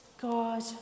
God